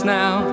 now